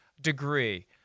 degree